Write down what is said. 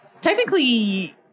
Technically